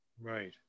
Right